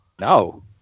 no